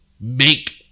make